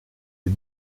des